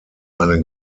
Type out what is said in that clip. eine